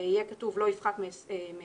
יהיה כתוב "לא יפחת מ-22",